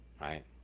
right